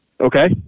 Okay